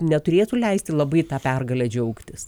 neturėtų leisti labai ta pergale džiaugtis